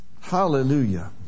Hallelujah